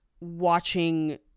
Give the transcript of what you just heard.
watching